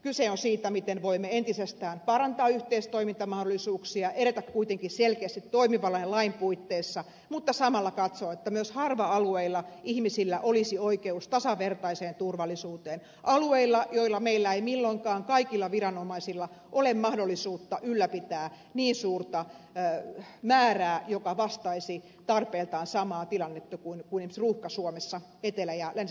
kyse on siitä miten voimme entisestään parantaa yhteistoimintamahdollisuuksia edetä kuitenkin selkeästi toimivallan ja lain puitteissa mutta samalla katsoa että myös harva alueilla ihmisillä olisi oikeus tasavertaiseen turvallisuuteen alueilla joilla meillä ei milloinkaan kaikilla viranomaisilla ole mahdollisuutta ylläpitää niin suurta määrää joka vastaisi tarpeiltaan samaa tilannetta kuin esimerkiksi ruuhka suomessa etelä ja länsi suomen alueilla